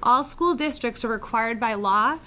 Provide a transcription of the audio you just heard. all school districts are required by law